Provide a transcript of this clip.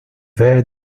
where